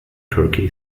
turkey